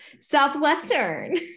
Southwestern